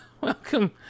welcome